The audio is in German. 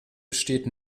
besteht